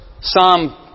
Psalm